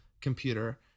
computer